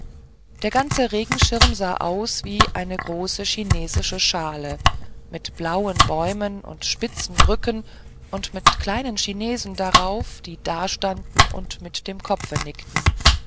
der ganze regenschirm sah aus wie eine große chinesische schale mit blauen bäumen und spitzen brücken und mit kleinen chinesen darauf die dastanden und mit dem kopfe nickten